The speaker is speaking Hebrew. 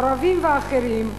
הערבים ואחרים,